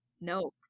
no